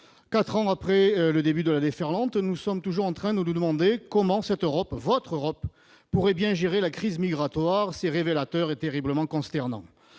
quatre ans après le début de la déferlante, nous sommes toujours en train de nous demander comment cette Europe, votre Europe, pourrait bien gérer la crise migratoire. C'est révélateur et terriblement consternant